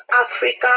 Africa